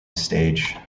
stage